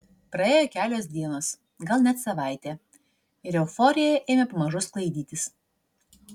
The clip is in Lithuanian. praėjo kelios dienos gal net savaitė ir euforija ėmė pamažu sklaidytis